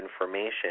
information